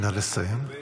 נא לסיים.